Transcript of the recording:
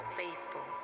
faithful